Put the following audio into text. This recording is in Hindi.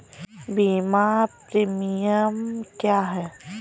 बीमा प्रीमियम क्या है?